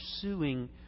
pursuing